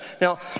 Now